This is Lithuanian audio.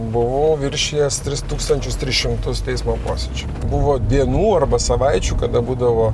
buvo viršijęs tris tūkstančius tris šimtus teismo posėdžių buvo dienų arba savaičių kada būdavo